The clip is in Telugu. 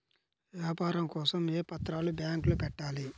వ్యాపారం కోసం ఏ పత్రాలు బ్యాంక్లో పెట్టాలి?